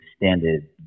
extended